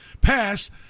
pass